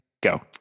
go